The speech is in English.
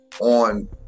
on